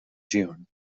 june